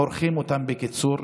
מורחים אותם, בקיצור.